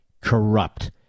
corrupt